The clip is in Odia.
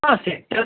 ହଁ ସେଇଟା